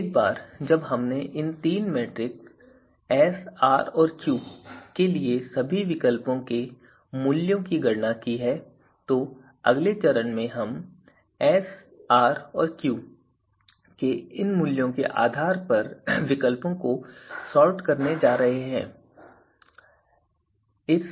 अब एक बार जब हमने इन तीन मेट्रिक्स एस आर और क्यू के लिए सभी विकल्पों के मूल्यों की गणना की है तो अगले चरण में हम एस आर और क्यू के इन मूल्यों के आधार पर विकल्पों को सॉर्ट करने जा रहे हैं